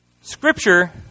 Scripture